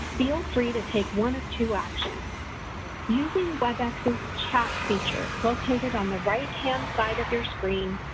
feel free to take one of two actions using webex's chat feature located on the right-hand side of your screen,